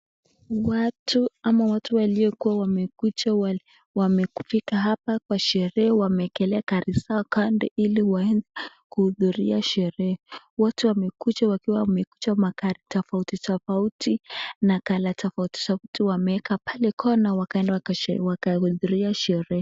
Watu ama watu walikuwa wamekuja wamekufika hapa Kwa sherehe wamewekelea gari zao Kandi hili wahudhurie sherehe wote wamekuja na magari tafauti tafauti na color tafauti tafauti wameweka pale kando wakaenda kuhudhuria sherehe.